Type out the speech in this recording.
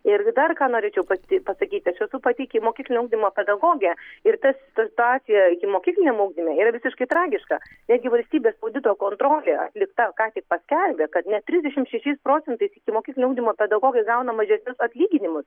ir dar ką norėčiau pasi pasakyti aš esu pati ikimokyklinio ugdymo pedagogė ir ta situacija ikimokykliniame ugdyme yra visiškai tragiška netgi valstybės audito kontrolė atlikta ką tik paskelbė kad net trisdešimt šešiais procentais ikimokyklinio ugdymo pedagogai gauna mažesnius atlyginimus